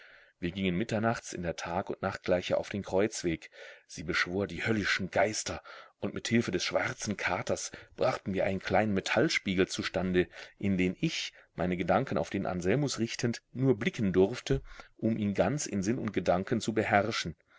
wir gingen mitternachts in der tag und nachtgleiche auf den kreuzweg sie beschwor die höllischen geister und mit hilfe des schwarzen katers brachten wir einen kleinen metallspiegel zustande in den ich meine gedanken auf den anselmus richtend nur blicken durfte um ihn ganz in sinn und gedanken zu beherrschen